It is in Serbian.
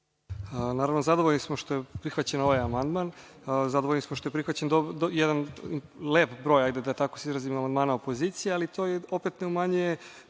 Naravno, zadovoljni smo što je prihvaćen ovaj amandman. Zadovoljni smo što je prihvaćen jedan lep broj, da se tako izrazim, amandmana opozicije, ali to opet ne umanjuje